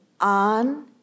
on